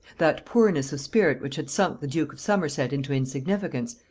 that poorness of spirit which had sunk the duke of somerset into insignificance,